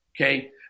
okay